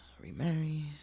remarry